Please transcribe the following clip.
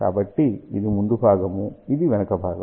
కాబట్టి ఇది ముందు భాగము ఇది వెనుక భాగం